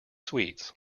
sweets